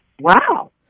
wow